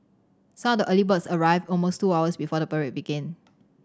some of the early birds arrived almost two hours before the parade began